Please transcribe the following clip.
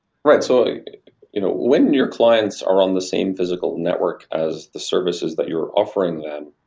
right. so you know when your clients are on the same physical network as the services that you're offering them,